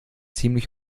ziemlich